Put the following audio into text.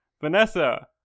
Vanessa